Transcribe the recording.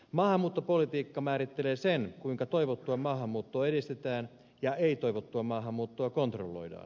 maahanmuuttopolitiikka määrittelee sen kuinka toivottua maahanmuuttoa edistetään ja ei toivottua maahanmuuttoa kontrolloidaan